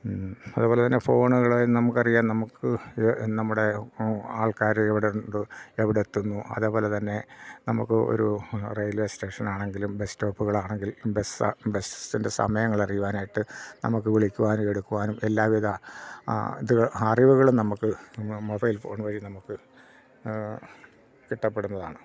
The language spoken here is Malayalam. അതേപോലെ തന്നെ ഫോണുകൾ നമുക്ക് അറിയാം നമുക്ക് നമ്മുടെ ആൾക്കാർ എവിടെ എന്ത് എവിടെ എത്തുന്നു അതേപോലെ തന്നെ നമുക്ക് ഒരു റെയിൽവേ സ്റ്റേഷനാണെങ്കിലും ബസ് സ്റ്റോപ്പുകളാണെങ്കിലും ബസ് ബസ്സിൻ്റെ സമയങ്ങൾ അറിയുവാനായിട്ട് നമുക്ക് വിളിക്കുവാനും എടുക്കുവാനും എല്ലാവിധ ഇത് അറിവുകളും നമുക്ക് മൊബൈൽ ഫോൺ വഴി നമുക്ക് കിട്ടപ്പെടുന്നതാണ്